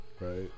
Right